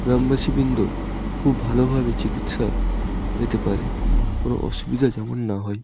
গ্রামবাসীবৃন্দ খুব ভালোভাবে চিকিৎসা পেতে পারে কোনো অসুবিধা যেন না হয়